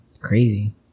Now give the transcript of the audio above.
crazy